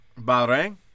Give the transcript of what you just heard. Bahrain